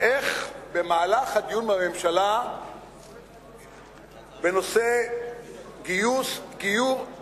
איך במהלך הדיון בממשלה בנושא גיוס, גיור,